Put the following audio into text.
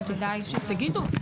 בוודאי שלא במסגרת הוועדה.